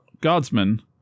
guardsmen